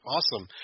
Awesome